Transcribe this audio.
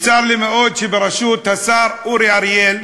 וצר לי מאוד שבראשות השר אורי אריאל,